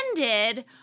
ended